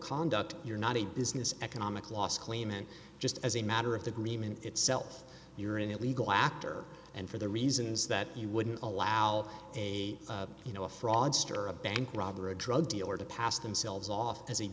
conduct you're not a business economic loss claim and just as a matter of the agreement itself you're an illegal actor and for the reasons that you wouldn't allow a you know a fraudster a bank robber a drug dealer to pass themselves off as a